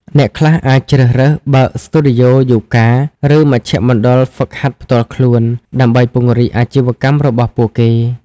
អ្នកខ្លះអាចជ្រើសរើស បើកស្ទូឌីយោយូហ្គា ឬមជ្ឈមណ្ឌលហ្វឹកហាត់ផ្ទាល់ខ្លួន ដើម្បីពង្រីកអាជីវកម្មរបស់ពួកគេ។